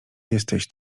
jesteś